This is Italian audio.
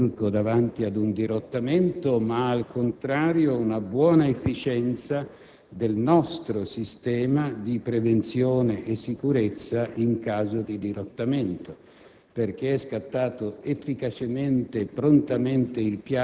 forse la fragilità dell'aereo turco davanti ad un dirottamento, ma, al contrario, una buona efficienza del nostro sistema di prevenzione e sicurezza in caso di dirottamento.